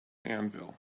anvil